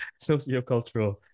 sociocultural